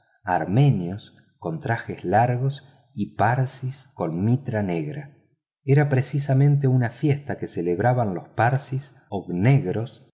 armenios con traje largo y parsis con mitra negra era precisamente una fiesta que celebraban los parsis o gnebros